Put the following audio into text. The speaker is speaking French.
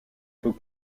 peut